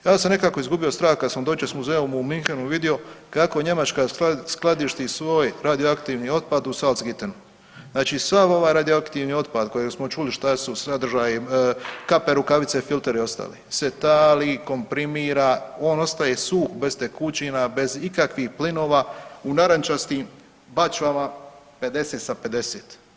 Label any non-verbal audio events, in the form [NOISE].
Ja sam nekako izgubio strah kad sam ... [UNINTELLIGIBLE] u Münchenu vidio kako je Njemačka skladišti svoj radioaktivni otpad u Salzgitteru znači sav ovaj radioaktivni otpad koji smo čuli šta su sadržaji, kape, rukavice, filteri i ostali, se tali, komprimira, on ostaje suh, bez tekućina, bez ikakvih plinova, u narančastim bačvama 50 sa 50.